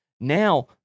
Now